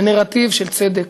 לנרטיב של צדק,